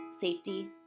safety